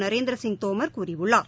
நரேந்திரசிங் தோமர் அரசு கூறியுள்ளார்